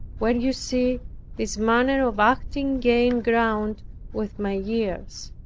when you see this manner of acting gain ground with my years.